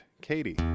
Katie